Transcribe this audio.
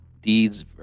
deeds